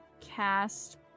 cast